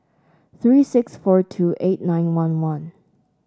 three six four two eight nine one one